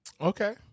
okay